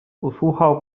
usłuchał